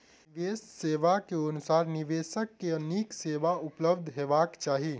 निवेश सेवा के अनुसार निवेशक के नीक सेवा उपलब्ध हेबाक चाही